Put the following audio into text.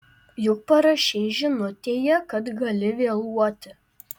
juk parašei žinutėje kad gali vėluoti